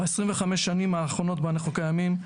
ב-25 השנים האחרונות בהן אנחנו קיימים,